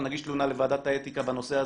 נגיש תלונה לוועדת האתיקה בנושא הזה.